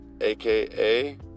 aka